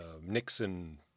Nixon